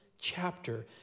chapter